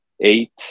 eight